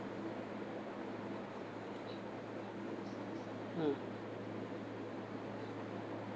mm